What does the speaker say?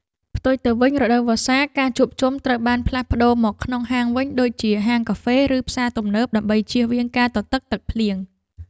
ផ្ទុយទៅវិញរដូវវស្សាការជួបជុំត្រូវបានផ្លាស់ប្តូរមកក្នុងហាងវិញដូចជាហាងកាហ្វេ ឬផ្សារទំនើបដើម្បីជៀសវាងការទទឹកទឹកភ្លៀង។